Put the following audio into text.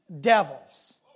devils